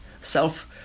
self